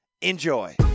Enjoy